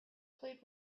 plead